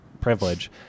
privilege